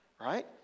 right